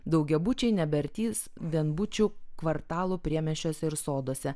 daugiabučiai nebeardys vienbučių kvartalų priemiesčiuose ir soduose